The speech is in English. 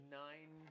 nine